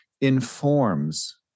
informs